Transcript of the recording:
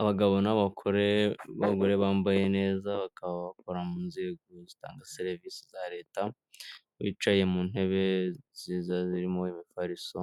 Abagabo n'abagore bambaye neza bakaba bakora mu nzego zitanga serivisi za leta bicaye mu ntebe nziza zirimo imifariso